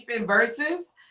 verses